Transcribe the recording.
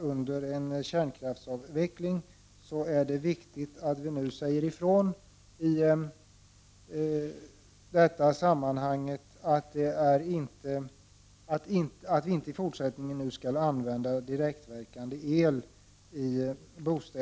underlätta en kärnkraftsavveckling, säger ifrån att direktverkande el i fortsättningen inte skall användas för bostadsuppvärmning.